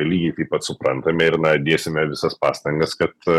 lygiai taip pat suprantame ir na dėsime visas pastangas kad